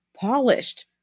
polished